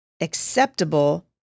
acceptable